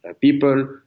people